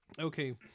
Okay